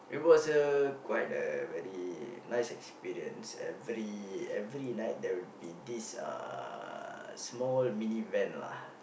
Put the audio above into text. it was a quite a very nice experience every every night there'll be this uh small mini van lah